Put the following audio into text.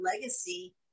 legacy